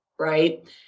right